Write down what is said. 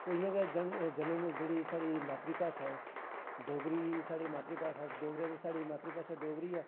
तो इ'यां गै जन्म जन्म जेह्ड़ी साढ़ी मात्तरी भाशा ऐ डोगरी साढ़ी मात्तरी भाशा अस डोगरे ते साढ़ी मात्तरी भाशा डोगरी ऐ